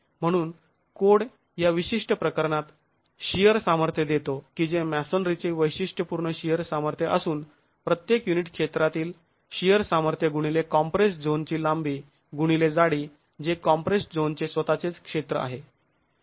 म्हणून कोड या विशिष्ट प्रकरणात शिअर सामर्थ्य देतो की जे मॅसोनरीचे वैशिष्ट्यपूर्ण शिअर सामर्थ्य असून प्रत्येक युनिट क्षेत्रातील शिअर सामर्थ्य गुणिले कॉम्प्रेस्ड् झोन ची लांबी गुणिले जाडी जे कॉम्प्रेस्ड् झोनचे स्वतःचेच क्षेत्र आहे